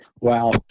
Wow